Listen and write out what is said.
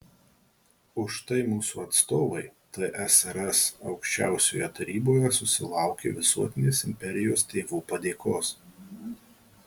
už tai mūsų atstovai tsrs aukščiausiojoje taryboje susilaukė visuotinės imperijos tėvų padėkos